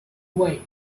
way